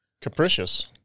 Capricious